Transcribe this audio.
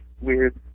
weird